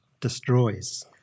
destroys